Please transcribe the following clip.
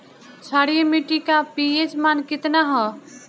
क्षारीय मीट्टी का पी.एच मान कितना ह?